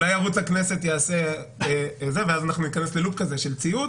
אולי ערוץ הכנסת יעשה ואז אנחנו ניכנס ללופ של ציוץ